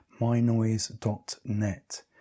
mynoise.net